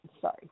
sorry